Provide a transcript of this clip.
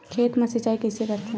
खेत मा सिंचाई कइसे करथे?